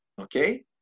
okay